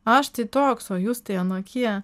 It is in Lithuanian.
aš tai toks o jūs tai anokie